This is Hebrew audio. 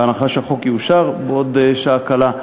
בהנחה שהחוק יאושר בעוד שעה קלה,